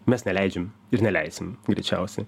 mes neleidžiam ir neleisim greičiausiai